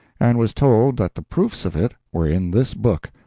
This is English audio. and was told that the proofs of it were in this book,